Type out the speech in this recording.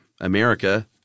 America